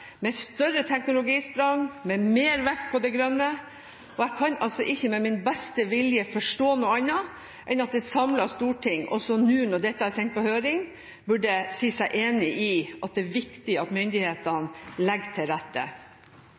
med større teknologisprang og med mer vekt på det grønne. Jeg kan altså ikke med min beste vilje forstå noe annet enn at et samlet storting, også nå når dette er sendt på høring, burde si seg enig i at det er viktig at myndighetene legger til rette.